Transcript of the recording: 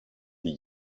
die